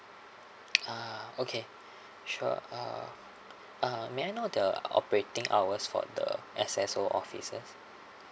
ah okay sure uh uh may I know the operating hours for the S_S_O offices